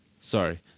Sorry